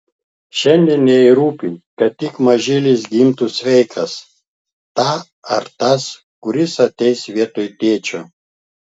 šiandien jai rūpi kad tik mažylis gimtų sveikas ta ar tas kuris ateis vietoj tėčio